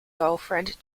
girlfriend